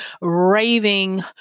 raving